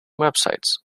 websites